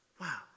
Wow